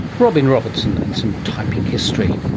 robin robertson and some typing history.